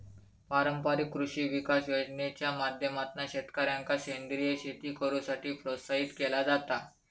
पारंपारिक कृषी विकास योजनेच्या माध्यमातना शेतकऱ्यांका सेंद्रीय शेती करुसाठी प्रोत्साहित केला जाता